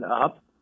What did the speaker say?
up